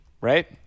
right